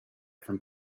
from